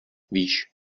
víš